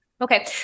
Okay